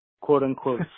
quote-unquote